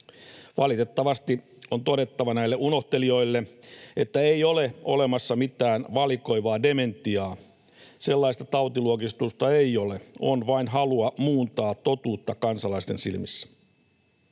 Valitettavasti on todettava näille unohtelijoille, että ei ole olemassa mitään valikoivaa dementiaa. Sellaista tautiluokitusta ei ole. On vain halua muuntaa totuutta kansalaisten silmissä.